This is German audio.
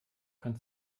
kann